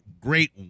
great